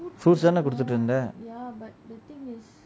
fruits தானே குடுத்துட்டு இருந்த:dhana kuduthutu iruntha